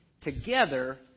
together